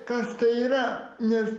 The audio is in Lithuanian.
kas tai yra nes